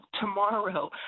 tomorrow